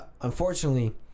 unfortunately